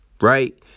right